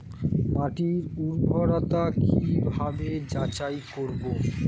মাটির উর্বরতা কি ভাবে যাচাই করব?